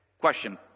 Question